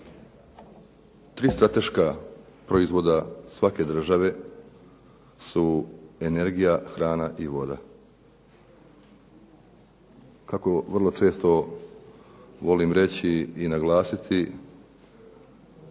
Tri strateška proizvoda svake države su energija, hrana i voda. Kako vrlo često volim reći i naglasiti